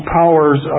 powers